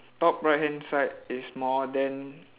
top right hand side is small then